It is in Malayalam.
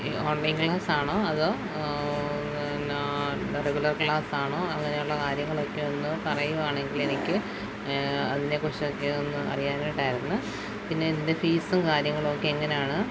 ഓൺലൈൻ ക്ലാസ്സാണോ അതോ പിന്നെ റെഗുലർ ക്ലാസ്സാണോ അങ്ങനെയുള്ള കാര്യങ്ങളൊക്കെ ഒന്നു പറയുകയാണെങ്കിൽ എനിക്ക് അതിനെക്കുറിച്ചൊക്കെ ഒന്ന് അറിയാനായിട്ടായിരുന്നു പിന്നെ അതിൻ്റെ ഫീസും കാര്യങ്ങളൊക്കെ എങ്ങനെയാണ്